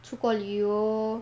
出国旅游